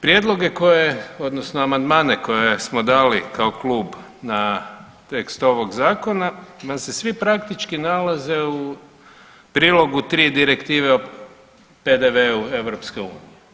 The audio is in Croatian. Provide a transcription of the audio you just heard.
Prijedloge koje odnosno amandmane koje smo dali kao klub na tekst ovog zakona nam se svi praktički nalaze u prilogu 3. Direktive o PDV-u EU.